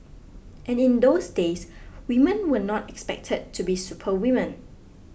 and in those days women were not expected to be superwomen